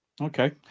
Okay